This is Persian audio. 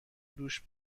دوش